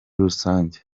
rusange